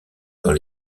dans